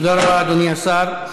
תודה רבה, אדוני השר.